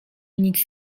nic